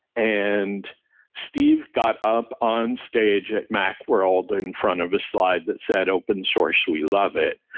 and steve got up on stage at macworld in front of a slide that said, open source, we love it.